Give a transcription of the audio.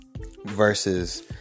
versus